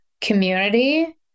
community